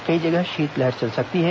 कई जगह शीतलहर चल सकती है